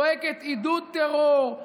צועקת עידוד טרור,